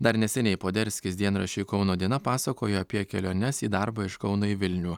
dar neseniai poderskis dienraščiui kauno diena pasakojo apie keliones į darbą iš kauno į vilnių